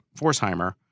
Forsheimer